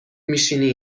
میشینی